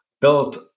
built